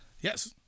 Yes